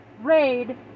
raid